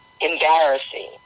embarrassing